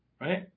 right